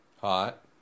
Hot